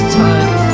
time